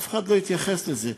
אף אחד לא יתייחס לזה,